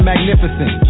Magnificent